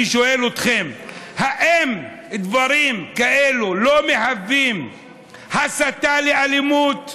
אני שואל אתכם: האם דברים כאלה לא מהווים הסתה לאלימות?